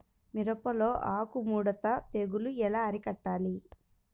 మిరపలో ఆకు ముడత తెగులు ఎలా అరికట్టాలి?